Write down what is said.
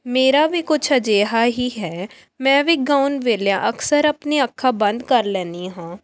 ਮੇਰਾ ਵੀ ਕੁਛ ਅਜਿਹਾ ਹੀ ਹੈ ਮੈਂ ਵੀ ਗਾਉਣ ਵੇਲਿਆਂ ਅਕਸਰ ਆਪਣੀਆਂ ਅੱਖਾਂ ਬੰਦ ਕਰ ਲੈਂਦੀ ਹਾਂ